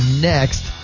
next